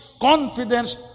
confidence